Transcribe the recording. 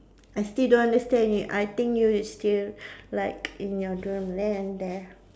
I still don't understand you I think you still like in your dream land there